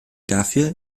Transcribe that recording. dafür